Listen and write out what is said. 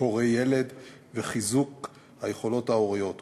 הורה ילד ולחיזוק היכולות ההוריות,